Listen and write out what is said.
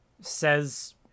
says